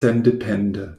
sendepende